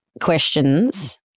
questions